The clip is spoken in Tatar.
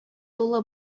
тулы